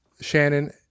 Shannon